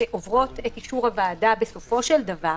שעוברות את אישור הוועדה בסופו של דבר,